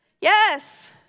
yes